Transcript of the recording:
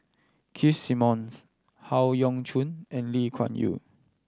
Keith Simmons Howe Yoon Chong and Lee Kuan Yew